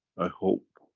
i hope